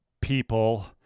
people